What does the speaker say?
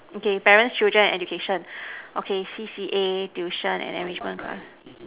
okay parents children and education okay C_C_A tuition and enrichment class